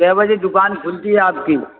کئے بجے دکان کھلتی ہے آپ کی